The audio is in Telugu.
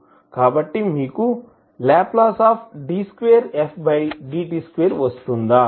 కాబట్టి మీకు Ld2fdt2 వస్తుందా